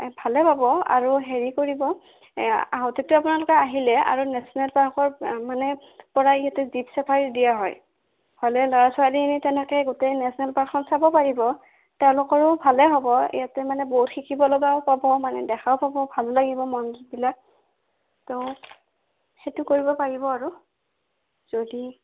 এ ভালে পাব আৰু হেৰি কৰিব এ আহোঁতেতো আপোনালোক আহিলে আৰু নেশ্যনেল পাৰ্কৰ মানে পৰা ইয়াতে জীপ চাফাৰী দিয়া হয় হ'লে ল'ৰা ছোৱালী তেনেকৈ গোটেই নেশ্যনেল পাৰ্কখন চাব পাৰিব তেওঁলোকৰো ভালে হ'ব ইয়াতে মানে বহুত শিকিব লগাও পাব মানে দেখাও পাব ভালো লাগিব মনবিলাক তো সেইটো কৰিব পাৰিব আৰু যদি